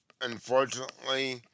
Unfortunately